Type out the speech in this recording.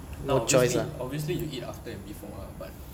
no obviously obviously you eat after and before lah but